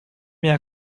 bien